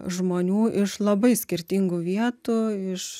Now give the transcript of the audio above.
žmonių iš labai skirtingų vietų iš